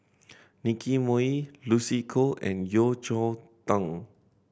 Nicky Moey Lucy Koh and Yeo Cheow Tong